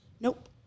nope